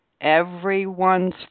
everyone's